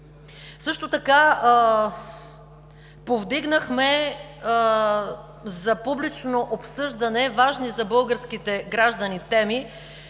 35 души. Повдигнахме за публично обсъждане важни за българските граждани теми,